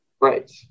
Right